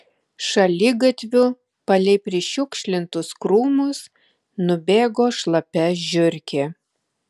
šaligatviu palei prišiukšlintus krūmus nubėgo šlapia žiurkė